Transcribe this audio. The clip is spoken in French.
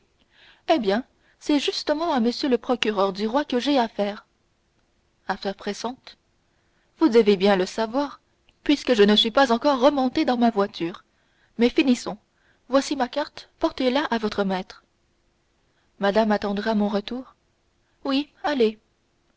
eh bien c'est justement à m le procureur du roi que j'ai affaire affaire pressante vous devez bien le voir puisque je ne suis pas encore remontée dans ma voiture mais finissons voici ma carte portez-la à votre maître madame attendra mon retour oui allez